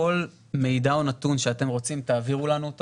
כל מידע או נתון שאתם רוצים תעבירו לנו,